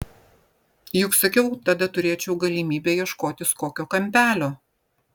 juk sakiau tada turėčiau galimybę ieškotis kokio kampelio